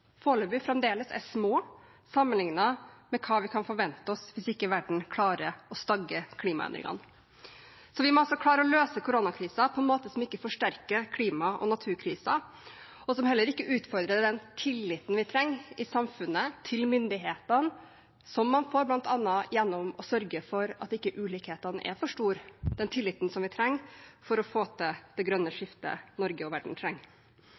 pandemien fremdeles er små sammenliknet med hva vi kan forvente oss hvis ikke verden klarer å stagge klimaendringene. Vi må altså klare å løse koronakrisen på en måte som ikke forsterker klima- og naturkrisen, og som heller ikke utfordrer den tilliten til myndighetene som vi trenger å ha i samfunnet – som man får bl.a. gjennom å sørge for at ulikhetene ikke er for store – den tilliten vi trenger for å få til det grønne skiftet Norge og verden trenger.